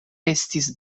estis